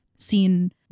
seen